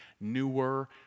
newer